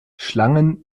schlangen